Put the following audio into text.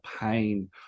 pain